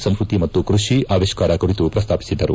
ಸಂಸ್ಟತಿ ಮತ್ತು ಕೃಷಿ ಅವಿಷ್ಕಾರ ಕುರಿತು ಪ್ರಸ್ತಾಪಿಸಿದ್ದರು